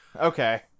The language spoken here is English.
Okay